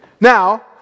Now